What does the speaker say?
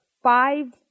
five